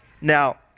now